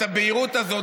את הבהירות הזאת.